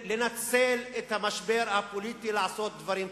לנצל את המשבר הפוליטי כדי לעשות דברים טובים,